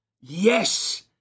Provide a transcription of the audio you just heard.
yes